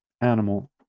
animal